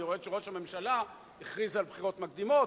אני רואה שראש הממשלה הכריז על בחירות מקדימות,